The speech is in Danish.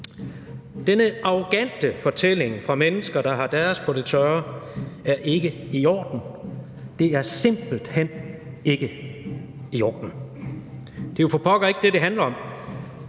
Denne arrogante fortælling fra mennesker, der har deres på det tørre, er ikke i orden. Det er simpelt hen ikke i orden. Det er jo for pokker ikke det, det handler om.